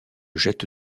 jette